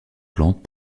plantes